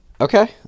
Okay